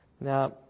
Now